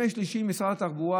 במשרד התחבורה,